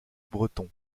breton